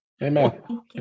Amen